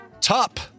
top